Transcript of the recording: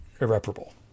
irreparable